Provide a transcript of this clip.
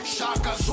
Shaka